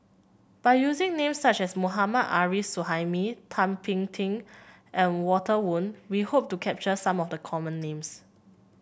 by using names such as Mohammad Arif Suhaimi Thum Ping Tjin and Walter Woon we hope to capture some of the common names